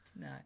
No